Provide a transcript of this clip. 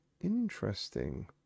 interesting